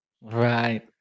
Right